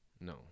No